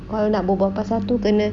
kalau nak berbual pasal tu kena